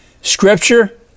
Scripture